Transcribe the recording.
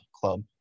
club